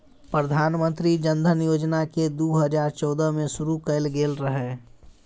प्रधानमंत्री जनधन योजना केँ दु हजार चौदह मे शुरु कएल गेल रहय